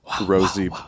Rosie